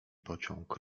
pociąg